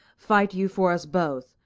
fight you for us both,